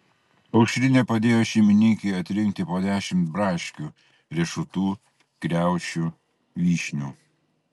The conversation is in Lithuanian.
aušrinė padėjo šeimininkei atrinkti po dešimt braškių riešutų kriaušių vyšnių